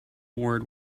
word